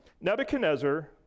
Nebuchadnezzar